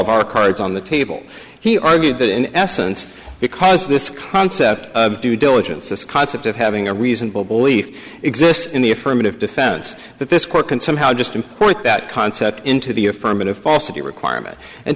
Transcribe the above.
of our cards on the table he argued that in essence because this concept of due diligence this concept of having a reasonable belief exists in the affirmative defense that this court can somehow just import that concept into the affirmative falsity requirement and